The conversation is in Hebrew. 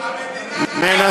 המדינה קבעה שהוא דיין.